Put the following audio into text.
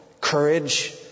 courage